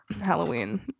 Halloween